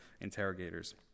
interrogators